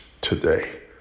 today